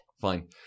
Fine